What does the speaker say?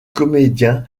comédien